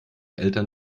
eltern